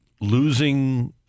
losing